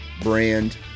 brand